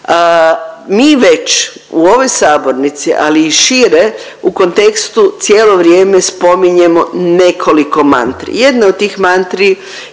Mi već u ovoj sabornici, ali i šire u kontekstu cijelo vrijeme spominjemo nekoliko mantri. Jedna od tih mantri